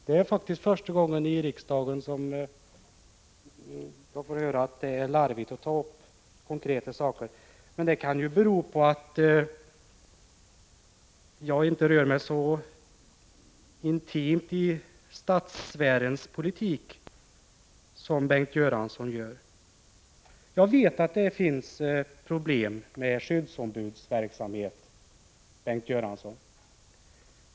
Det är faktiskt första gången som jag i riksdagen har fått höra att det är larvigt att ta upp konkreta frågor, men det kan kanske bero på att jag här inte rör mig så mycket på det statliga planet som Bengt Göransson. Jag vet, Bengt Göransson, att det finns problem med skyddsombudsverksamhet.